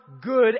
good